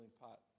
pot